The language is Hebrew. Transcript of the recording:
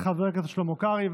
תודה רבה לחבר הכנסת שלמה קרעי.